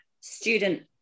student